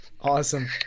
Awesome